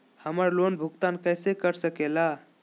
हम्मर लोन भुगतान कैसे कर सके ला?